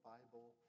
Bible